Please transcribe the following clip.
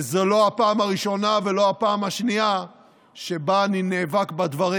וזו לא הפעם הראשונה ולא הפעם השנייה שבה אני נאבק בדברים.